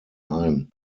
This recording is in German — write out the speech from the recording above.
ein